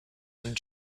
and